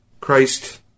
Christ